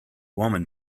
woman